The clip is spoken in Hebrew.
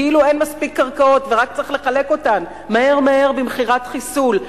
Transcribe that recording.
כאילו אין מספיק קרקעות ורק צריך לחלק אותן מהר במכירת חיסול?